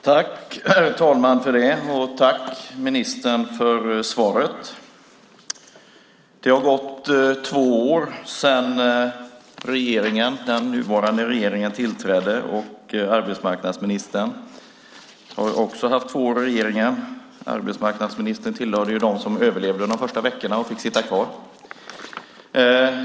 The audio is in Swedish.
Herr talman! Tack, ministern, för svaret! Det har gått två år sedan den nuvarande regeringen tillträdde. Arbetsmarknadsministern har också haft två år i regeringen. Han tillhör ju dem som överlevde de första veckorna och fick sitta kvar.